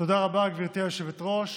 תודה רבה, גברתי היושבת-ראש.